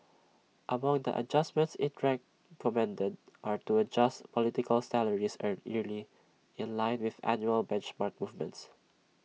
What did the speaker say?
among the adjustments IT commended are to adjust political salaries A yearly in line with annual benchmark movements